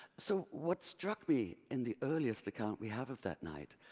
so, what struck me in the earliest account we have of that night,